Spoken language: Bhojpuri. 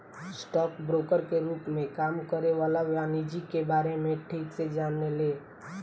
स्टॉक ब्रोकर के रूप में काम करे वाला वाणिज्यिक के बारे में ठीक से जाने ले